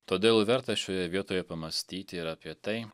todėl verta šioje vietoje pamąstyti ir apie tai